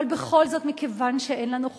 אבל בכל זאת, מכיוון שאין לנו חוקה,